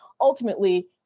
ultimately